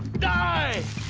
died